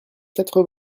quatre